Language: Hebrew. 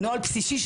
נוהל בסיסי,